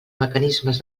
mecanismes